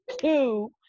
two